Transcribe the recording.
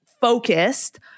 focused